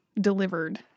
delivered